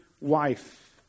wife